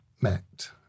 met